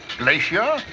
Glacier